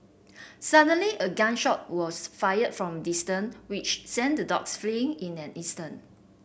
suddenly a gun shot was fired from distance which sent the dogs fleeing in an instant